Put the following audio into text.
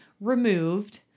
removed